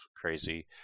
crazy